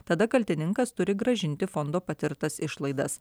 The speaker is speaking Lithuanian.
tada kaltininkas turi grąžinti fondo patirtas išlaidas